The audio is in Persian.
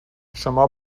شما